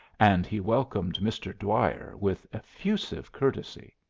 and he welcomed mr. dwyer with effusive courtesy.